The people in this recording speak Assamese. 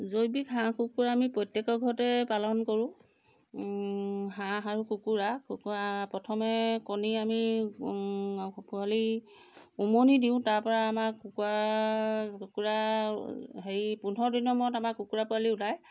জৈৱিক হাঁহ কুকুৰা আমি প্ৰত্যেকৰ ঘৰতে পালন কৰোঁ হাঁহ আৰু কুকুৰা কুকুৰা প্ৰথমে কণী আমি পোৱালি উমনি দিওঁ তাৰপৰা আমাৰ কুকুৰা কুকুৰা হেৰি পোন্ধৰ দিনৰ মূৰত আমাৰ কুকুৰা পোৱালি ওলায়